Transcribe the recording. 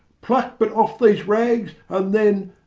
pluck but off these rags and then,